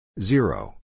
Zero